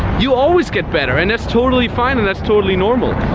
you always get better and that's totally fine and that's totally normal.